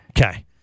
Okay